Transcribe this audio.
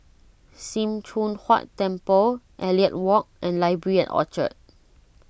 Sim Choon Huat Temple Elliot Walk and Library at Orchard